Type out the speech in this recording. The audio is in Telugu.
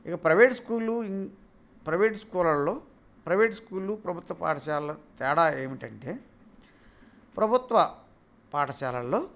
ఇక ప్రైవేట్ స్కూళ్ళు ప్రైవేట్ స్కూల్లో ప్రైవేట్ స్కూలు ప్రభుత్వ పాఠశాల తేడా ఏమిటంటే ప్రభుత్వ పాఠశాలల్లో